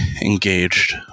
engaged